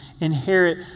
inherit